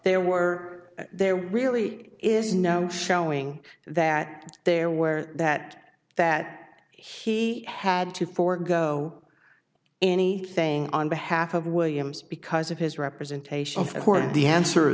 there were there really is no showing that there were that that he had to forego any thing on behalf of williams because of his representation of the court and the answer